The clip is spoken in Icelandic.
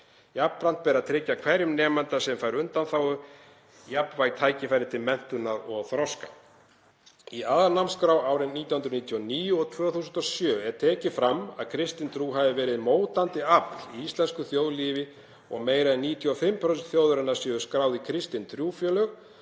Jafnframt ber að tryggja hverjum nemanda sem fær undanþágu jafnvæg tækifæri til menntunar og þroska.“ Í aðalnámskrá árin 1999 og 2007 er tekið fram að kristin trú hafi verið mótandi afl í íslensku þjóðlífi og að meira en 95% þjóðarinnar séu skráð í kristin trúfélög